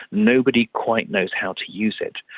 nobody quite knows how to use it.